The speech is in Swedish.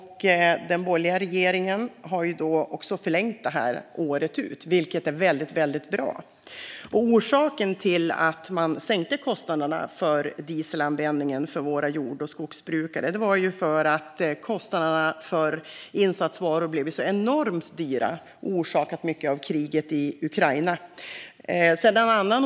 Den borgerliga regeringen har förlängt sänkningen året ut, vilket är väldigt bra. Skälet till att man sänkte kostnaderna för dieselanvändningen för våra jord och skogsbrukare var att kostnaderna för insatsvaror blivit så enormt höga, till stor del orsakat av kriget i Ukraina.